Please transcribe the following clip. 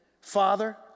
Father